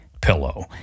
Pillow